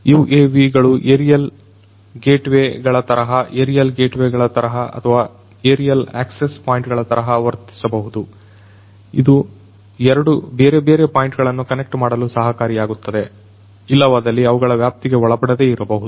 UAV ಗಳು aerial gateway ಗಳ ತರಹ ಏರಿಯಲ್ ಗೇಟ್ ವೇ ಗಳ ತರಹ ಅಥವಾ ಏರಿಯಲ್ ಆಕ್ಸೆಸ್ ಪಾಯಿಂಟ್ ಗಳು ತರಹ ವರ್ತಿಸಬಹುದು ಇದು ಎರಡು ಬೇರೆ ಬೇರೆ ಪಾಯಿಂಟ್ ಗಳನ್ನು ಕನೆಕ್ಟ್ ಮಾಡಲು ಸಹಕಾರಿಯಾಗುತ್ತದೆ ಇಲ್ಲವಾದಲ್ಲಿ ಅವುಗಳ ವ್ಯಾಪ್ತಿಗೆ ಒಳಪಡದೆ ಇರಬಹುದು